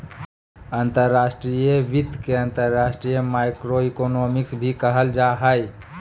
अंतर्राष्ट्रीय वित्त के अंतर्राष्ट्रीय माइक्रोइकोनॉमिक्स भी कहल जा हय